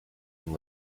and